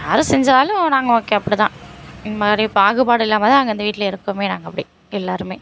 யார் செஞ்சாலும் நாங்கள் ஓகே அப்படி தான் இந்த மாதிரி பாகுபாடு இல்லாமல் தான் நாங்கள் இந்த வீட்டிலே இருக்கோமே நாங்கள் அப்படி எல்லோருமே